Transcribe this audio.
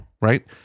Right